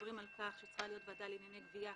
שמדברים על כך שצריכה להיות ועדה לענייני גבייה